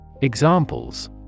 Examples